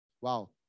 Wow